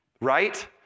right